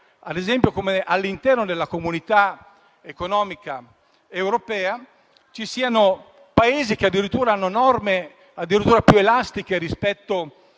all'interno della Comunità economica europea ci siano Paesi che hanno norme addirittura più elastiche rispetto